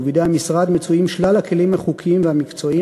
ובידי המשרד מצויים שלל הכלים החוקיים והמקצועיים